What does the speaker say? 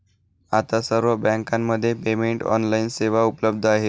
आता सर्व बँकांमध्ये पेमेंट ऑनलाइन सेवा उपलब्ध आहे